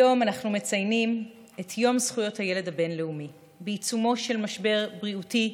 היום אנו מציינים את יום הילד הבין-לאומי בעיצומו של משבר בריאותי,